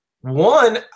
one